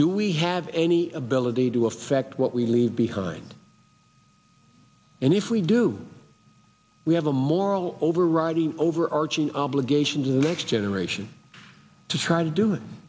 do we have any ability to effect what we leave behind and if we do we have a moral overriding overarching obligation to the next generation to try to do it